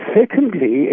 secondly